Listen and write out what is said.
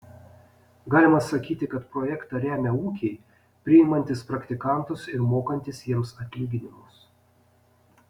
galima sakyti kad projektą remia ūkiai priimantys praktikantus ir mokantys jiems atlyginimus